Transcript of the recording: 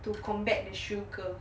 to combat the sugar